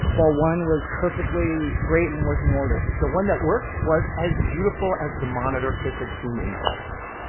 while one was perfectly great in working order the one that worked was as beautiful as the monitor chris had seen in best buy.